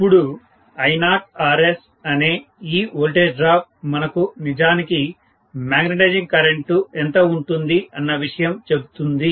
ఇప్పుడు I0RS అనే ఈ వోల్టేజ్ డ్రాప్ మనకు నిజానికి మాగ్నెటైజింగ్ కరెంటు ఎంత ఉంటుంది అన్నవిషయం చెప్తుంది